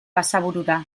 basaburura